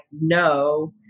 no